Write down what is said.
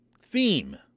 theme